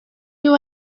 you